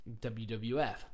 WWF